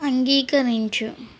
అంగీకరించు